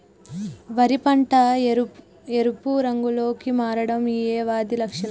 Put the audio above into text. వరి పంట ఎరుపు రంగు లో కి మారడం ఏ వ్యాధి లక్షణం?